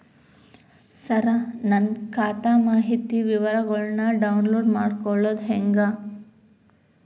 ಸರ ನನ್ನ ಖಾತಾ ಮಾಹಿತಿ ವಿವರಗೊಳ್ನ, ಡೌನ್ಲೋಡ್ ಮಾಡ್ಕೊಳೋದು ಹೆಂಗ?